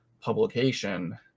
publication